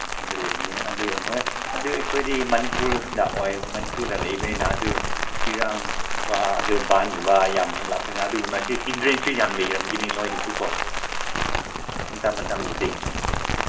ꯍꯣꯏ ꯑꯗꯨ ꯂꯩꯕꯅꯤ ꯑꯗꯎ ꯍꯣꯏ ꯑꯗꯨ ꯑꯩꯈꯣꯏꯗꯤ ꯃꯅꯤꯄꯨꯔꯗ ꯃꯅꯤꯄꯨꯔꯗ ꯂꯩꯕꯅꯤꯅ ꯑꯗꯨ ꯏꯔꯥꯡ ꯊꯣꯛꯄ ꯑꯗꯨ ꯕꯟꯒꯨꯝꯕ ꯌꯥꯝ ꯂꯥꯛꯄꯅꯤꯅ ꯑꯗꯨꯒꯨꯝꯕ ꯃꯁꯤ ꯍꯤꯟꯗ꯭ꯔꯦꯟꯁꯤ ꯌꯥꯝ ꯂꯩꯔꯝꯒꯅꯤ ꯅꯣꯏꯗꯁꯨꯀꯣ ꯃꯇꯝ ꯃꯇꯝꯗꯗꯤ ꯑ